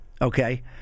Okay